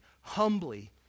humbly